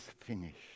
finished